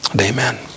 Amen